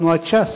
תנועת ש"ס,